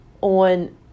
on